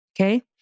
okay